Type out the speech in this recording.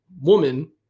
woman